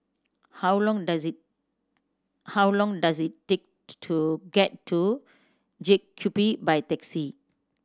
how long does it how long does it take to get to JCube by taxi